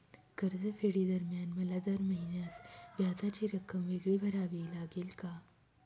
कर्जफेडीदरम्यान मला दर महिन्यास व्याजाची रक्कम वेगळी भरावी लागेल का?